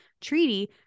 treaty